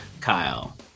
Kyle